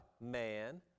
man